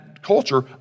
culture